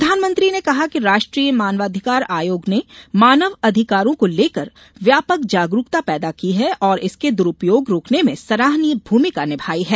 प्रधानमंत्री ने कहा कि राष्ट्रीय मानवाधिकार आयोग ने मानव अधिकारों को लेकर व्यापक जागरूकता पैदा की है और इसके दुरूपयोग रोकने में सराहनीय भूमिका निभायी है